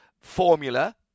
formula